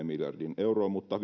miljardiin euroon mutta